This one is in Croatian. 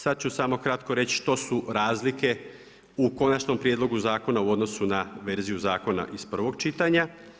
Sada ću samo kratko reći što su razlike u konačnom prijedlogu zakona u odnosu na verziju zakona iz prvog čitanja.